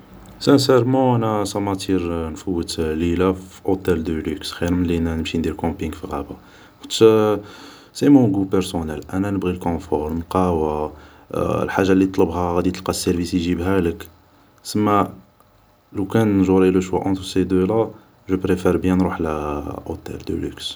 سانسارمون انا صا ماتير نفوت ليل في اوتال دو لوكس خير ملي نمشي ندير كومبينق في غاب ، خاطش سي مون غو بارسونال ، انا نبغي الكونفور ، نقاو ، حاج اللي طلبها غادي تلقى السارفيس يجيبهالك ، سما لوكان جوري لو شوا اونتر سي دو لا جو بريفار بيان نروح ل اوتال دو لوكس